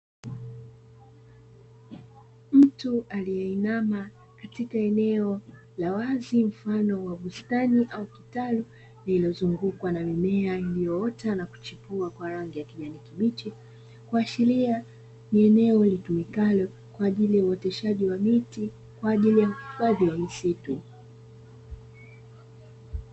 Mtu aliyeinama katika eneo la wazi mfano wa bustani au kitalu, lililozungukwa na mimea iliyoota na kuchukua kwa rangi ya kijani kibichi, kuashiria ni eneo litumikalo kwa ajili ya uoteshaji wa miti kwa ajili ya afya ya misitu.